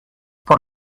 por